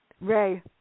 Ray